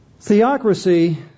Theocracy